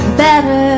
better